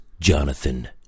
Jonathan